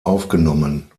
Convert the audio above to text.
aufgenommen